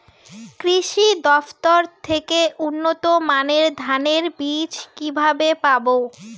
কৃষি দফতর থেকে উন্নত মানের ধানের বীজ কিভাবে পাব?